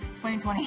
2020